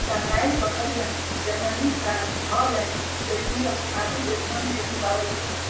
सानेंइ बकरियन, Germany, France, Holland, Belgium आदि देशवन में भी पावल जाहई